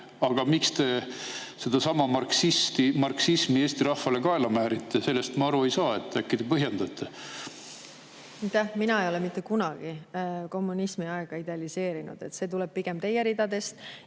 aga miks te sedasama marksismi Eesti rahvale kaela määrite, sellest ma aru ei saa. Äkki te põhjendate? Aitäh! Mina ei ole mitte kunagi kommunismiaega idealiseerinud, see tuleb pigem teie ridadest.